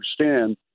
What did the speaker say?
understand